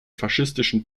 faschistischen